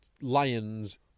Lions